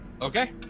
Okay